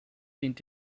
dient